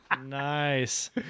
Nice